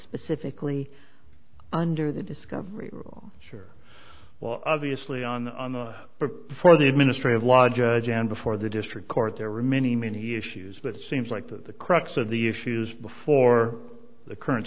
specifically under the discovery rule sure well obviously on on the but before the administrative law judge and before the district court there were many many issues but it seems like that the crux of the issues before the current